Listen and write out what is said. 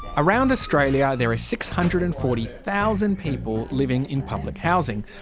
around australia there are six hundred and forty thousand people living in public housing.